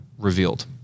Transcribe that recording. Revealed